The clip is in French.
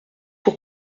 pour